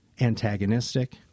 antagonistic